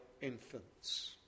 infants